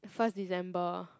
first December